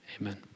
amen